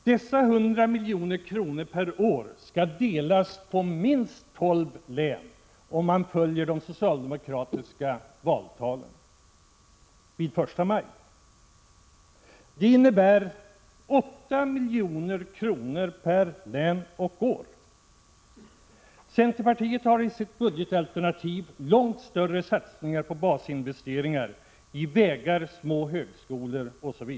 Dessa 100 milj.kr. per år skall delas på minst tolv län, om man följer de socialdemokratiska valtalen från den första maj. Det innebär 8 milj.kr. per län och år. Centerpartiet har i sitt budgetalternativ långt större satsningar på basinvesteringar i vägar, små högskolor etc.